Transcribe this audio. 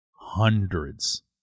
hundreds